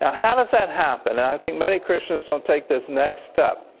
ah how does that happen? i think many christians don't take this next step,